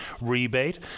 rebate